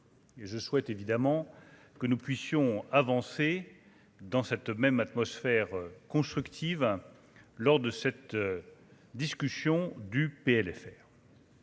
je souhaite évidemment que nous puissions avancer dans cette même atmosphère constructive hein lors de cette discussion du PLFR.